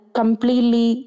completely